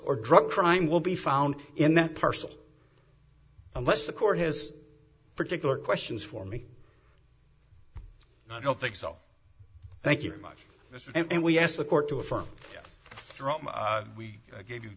or drug crime will be found in that parcel unless the court has particular questions for me i don't think so thank you very much and we ask the court to affirm we gave you